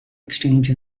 exchange